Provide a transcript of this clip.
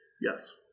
Yes